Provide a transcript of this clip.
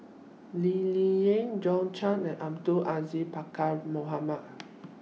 Lee Ling Yen John Clang and Abdul Aziz Pakkeer Mohamed